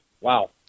Wow